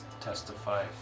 Testify